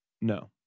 No